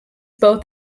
both